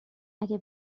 اگه